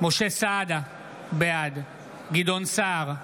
משה סעדה, בעד גדעון סער,